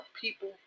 people